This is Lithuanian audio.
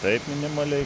taip minimaliai